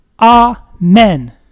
Amen